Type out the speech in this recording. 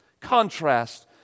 contrast